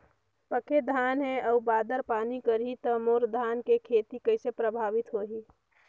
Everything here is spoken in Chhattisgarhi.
पके धान हे अउ बादर पानी करही त मोर धान के खेती कइसे प्रभावित होही?